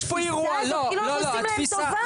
התפיסה הזאת כאילו אנחנו עושים להם טובה.